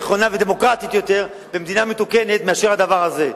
נכונה ודמוקרטית יותר במדינה מתוקנת מאשר הדבר הזה.